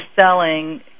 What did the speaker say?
selling